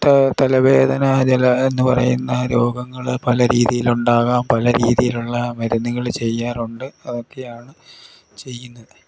ത തലവേദന ജല എന്ന് പറയുന്ന രോഗങ്ങൾ പല രീതിയിലുണ്ടാകാം പല രീതിയിലുള്ള മരുന്നുകൾ ചെയ്യാറുണ്ട് അതൊക്കെയാണ് ചെയ്യുന്നത്